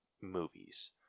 movies